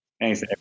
Thanks